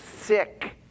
sick